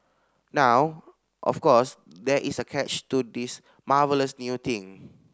now of course there is a catch to this marvellous new thing